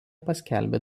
paskelbė